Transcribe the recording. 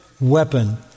weapon